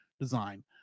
design